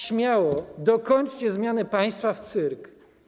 Śmiało, dokończcie zmianę państwa w cyrk.